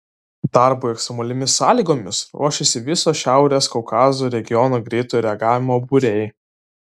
darbui ekstremaliomis sąlygomis ruošiasi viso šiaurės kaukazo regiono greitojo reagavimo būriai